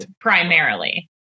primarily